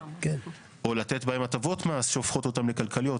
או לתת בהן הטבות מס שהופכות אותן לכלכליות,